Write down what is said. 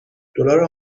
دلار